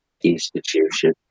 institution